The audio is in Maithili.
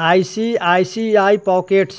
I C I C I pockets